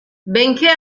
benché